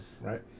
Right